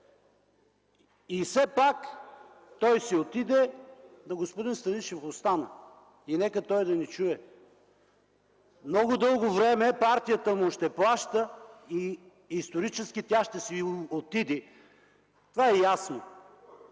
И все пак той си отиде, но господин Станишев остана. И нека той да ни чуе – много дълго време партията му ще плаща и исторически тя ще си отиде. Това е ясно.